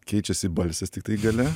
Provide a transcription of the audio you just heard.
keičiasi balsės tiktai gale